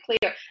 clear